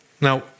Now